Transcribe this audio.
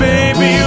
Baby